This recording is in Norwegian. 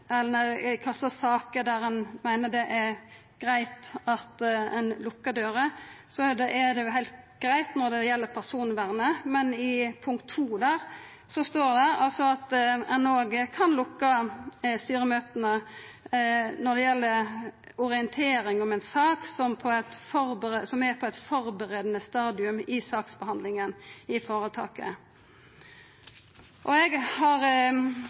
saker ein meiner det er greitt at ein lukkar dører. Det er heilt greitt når det gjeld personvernet, men i punkt 2 står det at ein også kan lukka styremøte når det gjeld orientering om ei sak «som er på et forberedende stadium i saksbehandlingen i foretaket». Eg meiner det er grunn til å vera kritisk til punkt 2, og det seier eg sjølv om eg har